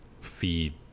feed